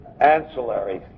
Ancillary